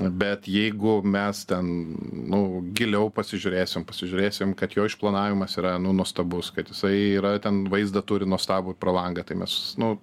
bet jeigu mes ten nu giliau pasižiūrėsim pasižiūrėsim kad jo išplanavimas yra nu nuostabus kad jisai yra ten vaizdą turi nuostabų pro langą tai mes nu